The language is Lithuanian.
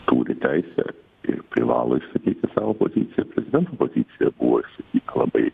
turi teisę ir privalo išsakyti savo poziciją prezidento pozicija buvo išsakyta labai